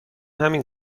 همین